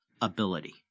ability